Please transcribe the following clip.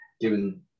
given